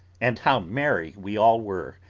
and how merry we all were,